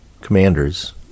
commanders